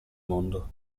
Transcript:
mondo